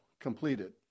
completed